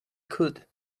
could